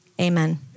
Amen